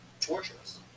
torturous